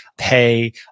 pay